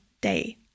day